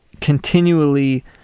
continually